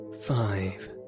five